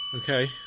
Okay